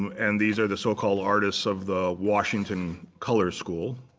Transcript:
and these are the so-called artists of the washington color school.